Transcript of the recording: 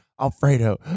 alfredo